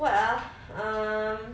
what ah um